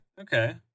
Okay